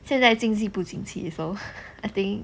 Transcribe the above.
现在经济不景气 so I think